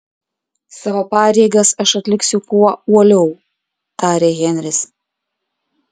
savo pareigas aš atliksiu kuo uoliau tarė henris